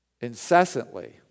incessantly